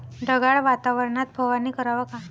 ढगाळ वातावरनात फवारनी कराव का?